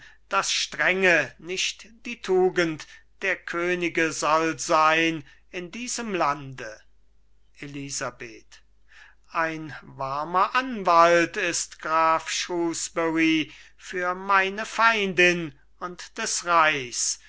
daß strenge nicht die tugend der könige soll sein in diesem lande elisabeth ein warmer anwalt ist graf shrewsbury für meine feindin und des reichs